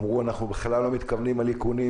אמרו: אנחנו בכלל לא מתכוונים לאיכונים,